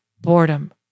boredom